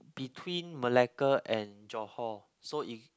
between Malacca and Johor so it